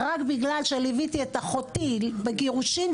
רק בגלל שליוויתי את אחותי בגירושין,